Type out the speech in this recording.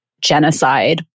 genocide